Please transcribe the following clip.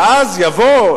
ואז יבוא,